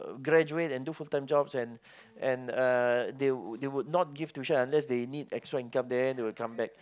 graduate and do full-time jobs and and uh they would they would not give tuition unless they need extra income then they would come back